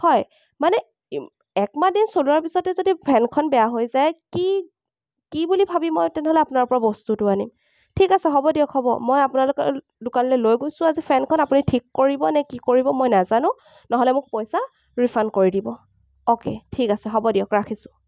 হয় মানে ই এক মাহ দিন চলোৱাৰ পিছতে যদি ফেনখন বেয়া হৈ যায় কি কি বুলি ভাবি মই তেনেহ'লে আপোনাৰ পৰা বস্তুটো আনিম ঠিক আছে হ'ব দিয়ক হ'ব মই আপোনালোকৰ দোকানলৈ লৈ গৈছো আজি ফেনখন আপুনি ঠিক কৰিব নে কি কৰিব মই নেজানো নহ'লে মোক পইচা ৰিফাণ্ড কৰি দিব অ'কে ঠিক আছে হ'ব দিয়ক ৰাখিছোঁ